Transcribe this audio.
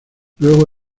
luego